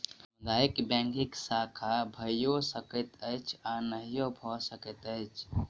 सामुदायिक बैंकक शाखा भइयो सकैत अछि आ नहियो भ सकैत अछि